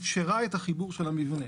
שאפשרה את החיבור של המבנה